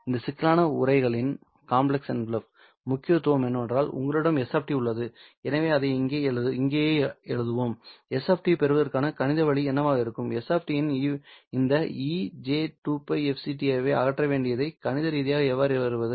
இந்த சிக்கலான உறைகளின் முக்கியத்துவம் என்னவென்றால் உங்களிடம் s உள்ளது எனவே அதை இங்கேயே எழுதுவோம் s பெறுவதற்கான கணித வழி என்னவாக இருக்கும் s இந்த e j2π fct ஐ அகற்ற வேண்டியதை கணித ரீதியாக எவ்வாறு பெறுவது